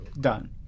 done